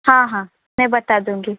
हाँ हाँ मैं बता दूंगी